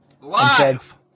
Live